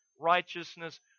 righteousness